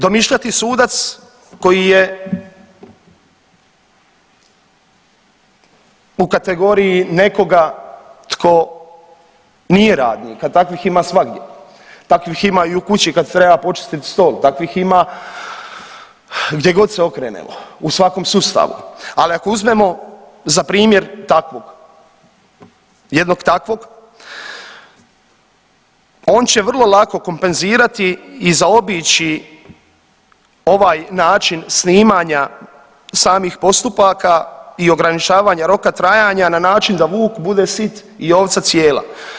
Domišljati sudac koji je u kategoriji nekoga tko nije radnik, a takvih ima svagdje, takvih ima i u kući kad treba počistit stol, takvih ima gdje god se okrenemo u svakom sustavu, ali ako uzmemo za primjer takvog, jednog takvog on će vrlo lako kompenzirati i zaobići ovaj način snimanja samih postupaka i ograničavanja roka trajanja na način da vuk bude sit i ovca cijela.